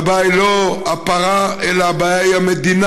הבעיה היא לא הפרה, אלא הבעיה היא המדינה.